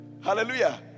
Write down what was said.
Hallelujah